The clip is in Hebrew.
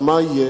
מה יהיה?